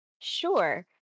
Sure